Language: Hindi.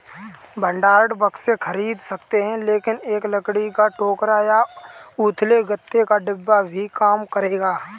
भंडारण बक्से खरीद सकते हैं लेकिन एक लकड़ी का टोकरा या उथले गत्ते का डिब्बा भी काम करेगा